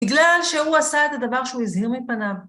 בגלל שהוא עשה את הדבר שהוא הזהיר מפניו.